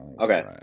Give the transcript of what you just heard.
Okay